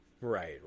Right